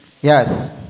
Yes